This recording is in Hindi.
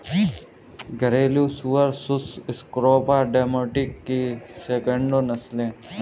घरेलू सुअर सुस स्क्रोफा डोमेस्टिकस की सैकड़ों नस्लें हैं